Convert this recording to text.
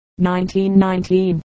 1919